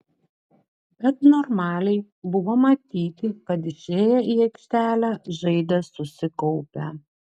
bet normaliai buvo matyti kad išėję į aikštelę žaidė susikaupę